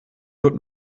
wird